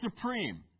supreme